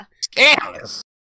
Scandalous